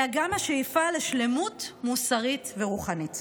אלא גם השאיפה לשלמות מוסרית ורוחנית."